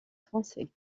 français